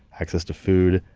access to food,